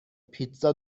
پیتزا